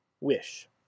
wish